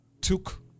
took